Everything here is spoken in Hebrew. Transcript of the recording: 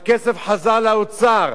הכסף חזר לאוצר.